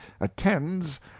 attends